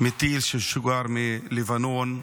מטיל ששוגר מלבנון.